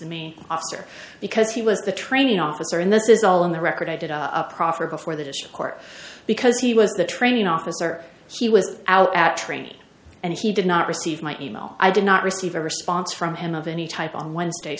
me officer because he was the training officer and this is all in the record i did proffer before this court because he was the training officer she was out at training and he did not receive my e mail i did not receive a response from him of any type on wednesday